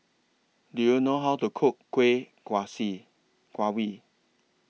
Do YOU know How to Cook Kuih